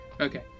Okay